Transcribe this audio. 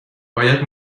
باید